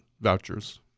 vouchers